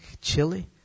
Chili